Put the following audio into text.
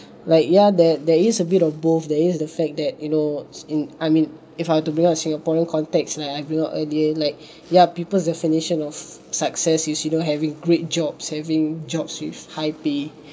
like ya that there is a bit of both there is the fact that you know in I mean if I were to build up singaporean context like I build up earlier like ya people's definition of success is you know having great job having jobs with high pay